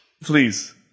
Please